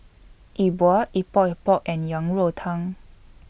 E Bua Epok Epok and Yang Rou Tang